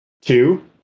two